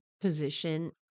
position